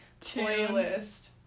Playlist